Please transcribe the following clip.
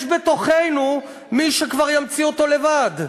יש בתוכנו כבר מי שימציא אותו לבד.